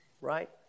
right